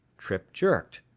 trippe jerked.